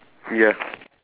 ya